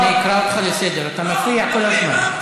פנטזיה, אני אקרא אותך לסדר, אתה מפריע כל הזמן.